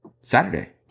Saturday